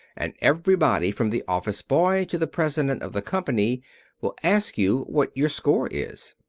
and everybody from the office boy to the president of the company will ask you what your score is.